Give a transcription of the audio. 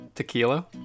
tequila